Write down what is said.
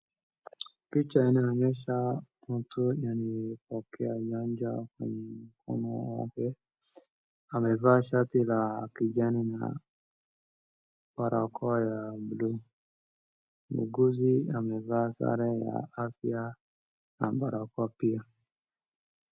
Picha inayoonyesha mtu anapokea chanjo kwenye mkono wake amevaa shati za kijani na barakoa ya buluu. Muuguzi amevaa sare ya afya na barakoa pia.